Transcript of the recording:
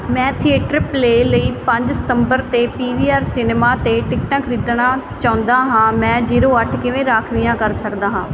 ਮੈਂ theatre play ਲਈ ਪੰਜ ਸਤੰਬਰ 'ਤੇ ਪੀ ਵੀ ਆਰ ਸਿਨੇਮਾ 'ਤੇ ਟਿਕਟਾਂ ਖਰੀਦਣਾ ਚਾਹੁੰਦਾ ਹਾਂ ਮੈਂ ਜ਼ੀਰੋ ਅੱਠ ਕਿਵੇਂ ਰਾਖਵੀਆਂ ਕਰ ਸਕਦਾ ਹਾਂ